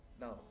now